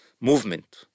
movement